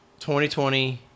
2020